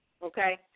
Okay